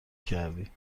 کردی